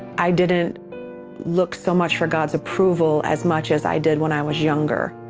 i didn't look so much for god's approval as much as i did when i was younger.